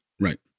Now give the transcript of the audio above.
Right